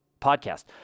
podcast